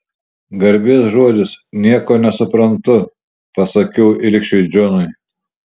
garbės žodis nieko nesuprantu pasakiau ilgšiui džonui